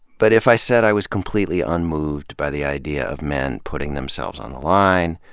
but if i said i was completely unmoved by the idea of men putting themselves on the line,